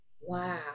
Wow